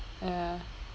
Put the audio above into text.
ya